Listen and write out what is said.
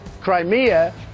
Crimea